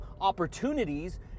opportunities